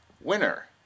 winner